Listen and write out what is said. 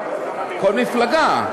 כל מפלגה.